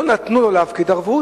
לא נתנו לו להפקיד ערבות,